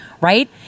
right